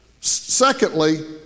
Secondly